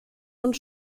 und